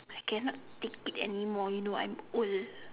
I cannot take it anymore you know I'm old